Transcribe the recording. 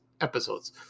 episodes